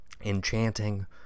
enchanting